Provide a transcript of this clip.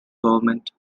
government